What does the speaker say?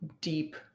deep